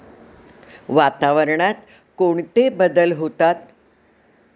वातावरणात कोणते बदल होतात?